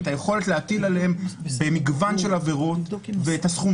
את היכולת להטיל עליהם במגוון של עבירות את הסכומים,